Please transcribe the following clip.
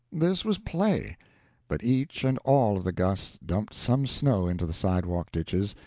this was play but each and all of the gusts dumped some snow into the sidewalk ditches,